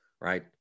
right